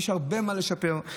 יש הרבה מה לשפר.